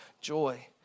joy